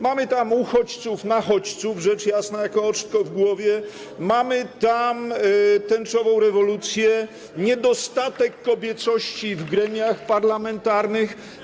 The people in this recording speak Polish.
Mamy tam uchodźców nachodźców, rzecz jasna, jako oczko w głowie, mamy tam tęczową rewolucję, niedostatek kobiecości w gremiach parlamentarnych.